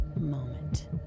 moment